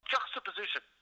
Juxtaposition